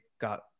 got